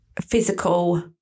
Physical